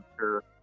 sure